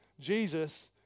Jesus